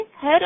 Head